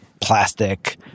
plastic